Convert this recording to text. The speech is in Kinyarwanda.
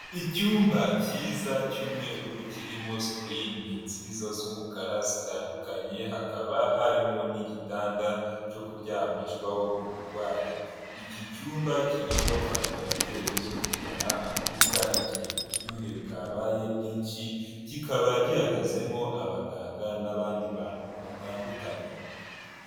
Icyumba cyiza cy'umweru kirimo sikirini nziza z'umukara zitandukanye, hakaba harimo n'igitanda cyo kuryamishwaho umurwayi, iki cyumba kirimo vandarateri zo kuzana akuka igihe ubushyuhe bwabaye bwinshi, kikaba gihagazemo abaganga n'abandi bantu batandukanye.